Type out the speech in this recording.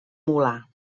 molar